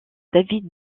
david